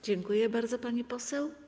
Dziękuję bardzo, pani poseł.